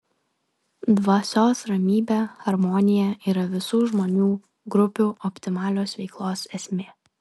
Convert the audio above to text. dvasios ramybė harmonija yra visų žmonių grupių optimalios veiklos esmė